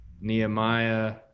Nehemiah